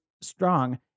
strong